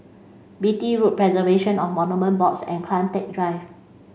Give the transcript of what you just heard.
Beatty Road Preservation of Monuments Board and Kian Teck Drive